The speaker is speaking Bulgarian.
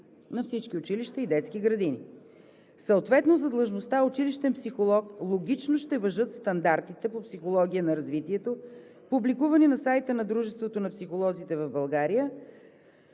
на всички училища и детски градини. Съответно за длъжността „училищен психолог“ логично ще важат стандартите по психология на развитието, публикувани на сайта на Дружеството на психолозите в България,